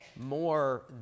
more